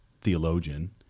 theologian